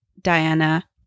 Diana